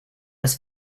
was